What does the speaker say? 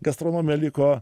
gastronome liko